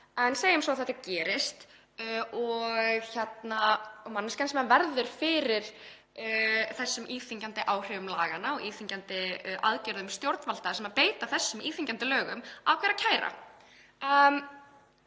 En segjum sem svo að þetta gerist og manneskjan sem verður fyrir þessum íþyngjandi áhrifum laganna og íþyngjandi aðgerðum stjórnvalda, sem beita þessum íþyngjandi lögum, ákveður að kæra.